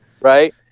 Right